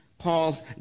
Paul's